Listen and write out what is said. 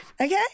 Okay